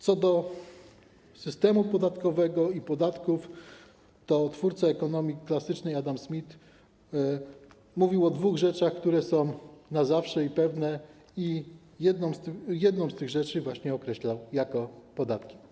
Co do systemu podatkowego i podatków to twórca ekonomii klasycznej Adam Smith mówił o dwóch rzeczach, które są na zawsze i są pewne, i jedną z tych rzeczy właśnie określał jako podatki.